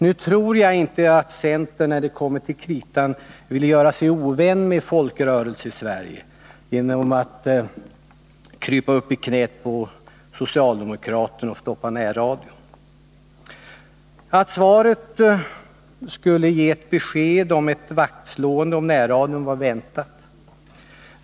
Nu tror jag inte att centern när det kommer till kritan vill göra sig ovän med Folkrörelsesverige genom att krypa upp i knät på socialdemokraterna och stoppa närradion. Att svaret skulle ge ett besked om ett vaktslående om närradion var väntat.